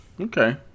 Okay